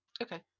Okay